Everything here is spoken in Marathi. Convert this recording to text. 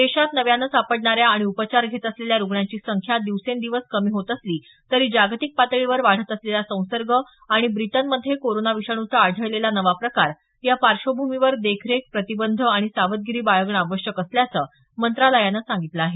देशात नव्यानं सापडणाऱ्या आणि उपचार घेत असलेल्या रुग्णांची संख्या दिवसेंदिवस कमी होत असली तरी जागतिक पातळीवर वाढत असलेला संसर्ग आणि ब्रिटनमध्ये कोरोना विषाणूचा आढळलेला नवा प्रकार या पार्श्वभूमीवर देखरेख प्रतिबंध आणि सावधगिरी बाळगणं आवश्यक असल्याचं मंत्रालयानं सांगितलं आहे